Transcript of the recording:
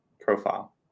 profile